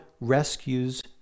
rescues